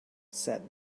said